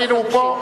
הנה הוא פה.